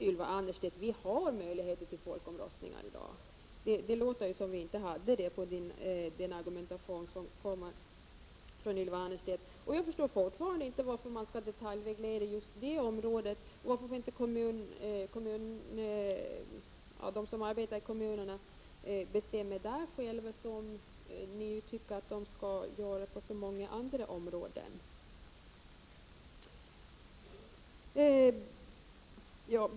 Ylva Annerstedt, vi har möjligheter till folkomröstningar i dag. På den argumentation som kom från Ylva Annerstedt lät det som om vi inte har det. Jag förstår fortfarande inte varför man skall detaljreglera just det området. Varför får inte de som arbetar i kommunerna själva bestämma på det området, så som ni ju tycker att de skall göra på så många andra områden?